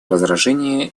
возражения